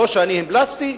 לא שאני המלצתי,